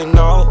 no